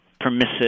permissive